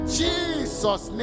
jesus